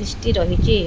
ତିଷ୍ଠି ରହିଛି